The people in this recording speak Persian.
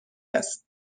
است